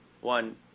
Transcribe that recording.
One